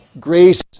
grace